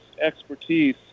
expertise